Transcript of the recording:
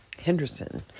Henderson